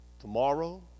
tomorrow